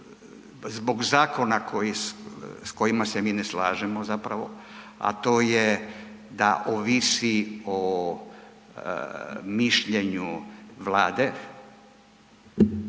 zbog zakona s kojima se mi ne slažemo zapravo, to je da ovisi o mišljenju Vlade,